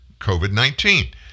COVID-19